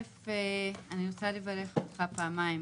ראשית אני רוצה לברך אותך פעמיים,